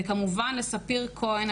וכמובן לספיר כהן,